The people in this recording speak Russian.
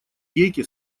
гейке